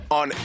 on